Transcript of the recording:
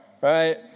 right